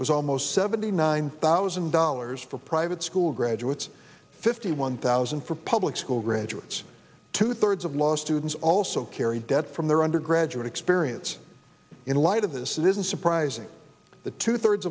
was almost seventy nine thousand dollars for private school graduates fifty one thousand for public school graduates two thirds of law students also carry debt from their undergraduate experience in light of this isn't surprising that two thirds